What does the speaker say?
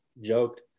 joked